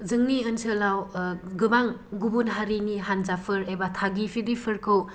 जोंनि ओनसोलाव गोबां गुबुन हारिनि हानजाफोर एबा थागिबिफोरखौ